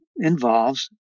involves